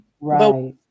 right